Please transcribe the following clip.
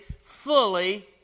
fully